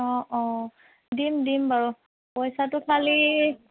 অঁ অঁ দিম দিম বাৰু পইচাটো খালী